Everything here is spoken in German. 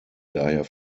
daher